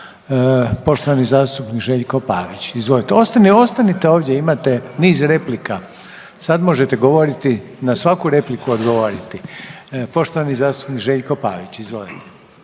Poštovani zastupnik Željko Pavić, izvolite. Ostanite ovdje, imate niz replika. Sad možete govoriti, na svaku repliku odgovoriti. Poštovani zastupnik Željko Pavić, izvolite.